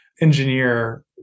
engineer